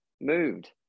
moved